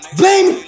blame